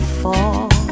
fall